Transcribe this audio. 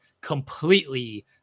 completely